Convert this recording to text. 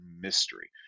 mystery